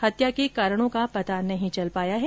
हत्या के कारणों का पता नहीं चल पाया है